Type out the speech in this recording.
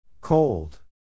Cold